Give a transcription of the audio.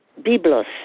Biblos